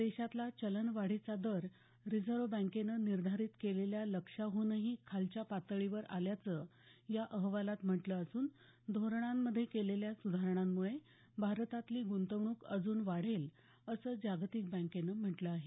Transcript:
देशातला चलनवाढीचा दर रिझर्व्ह बँकेनं निर्धारित केलेल्या लक्ष्याहूनही खालच्या पातळीवर आल्याचं या अहवालात म्हटलं असून धोरणांमध्ये केलेल्या सुधारणांमुळे भारतातली गुंतवणूक अजून वाढेल असं जागतिक बँकेनं म्हटलं आहे